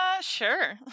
sure